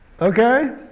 Okay